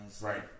Right